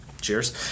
Cheers